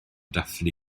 dathlu